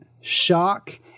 shock